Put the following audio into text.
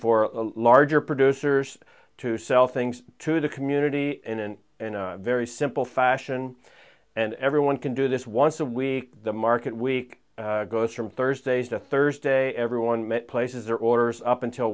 for larger producers to sell things to the community and in a very simple fashion and everyone can do this once a week the market week goes from thursday to thursday everyone mitt places their orders up until